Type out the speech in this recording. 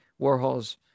Warhol's